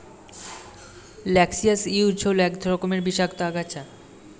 noxious weed হল এক রকমের বিষাক্ত আগাছা